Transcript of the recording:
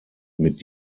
mit